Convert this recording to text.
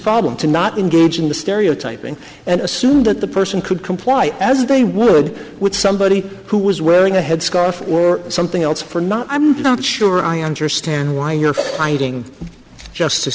problem to not engage in the stereotyping and assume that the person could comply as they would with somebody who was wearing a headscarf or something else for not i'm not sure i understand why you're finding justice